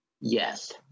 Yes